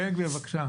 בן גביר, בבקשה.